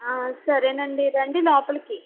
సరేనండి రండి లోపలికి